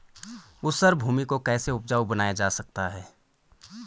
ऊसर भूमि को कैसे उपजाऊ बनाया जा सकता है?